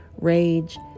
rage